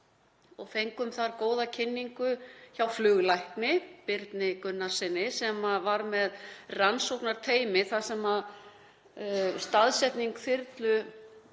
fengum góða kynningu hjá fluglækni, Birni Gunnarssyni, sem var með rannsóknarteymi þar sem staðsetning þyrlu